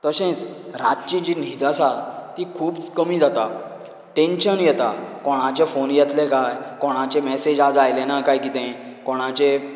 तशेंच रातची जी न्हीद आसा ती खूब कमी जाता टेन्शन येता कोणाचे फोन येतलें कांय कोणाचे मॅसेज आयज आयले ना कांय कितें कोणाचे